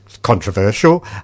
Controversial